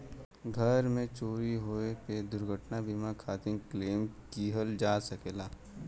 घर में चोरी होये पे दुर्घटना बीमा खातिर क्लेम किहल जा सकला